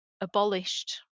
abolished